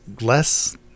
less